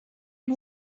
and